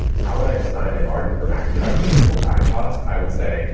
how would i design a garden for max production and minimal time cost? i would say